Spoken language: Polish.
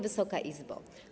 Wysoka Izbo!